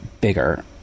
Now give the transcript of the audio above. bigger